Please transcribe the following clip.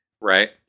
Right